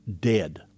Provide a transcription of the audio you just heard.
dead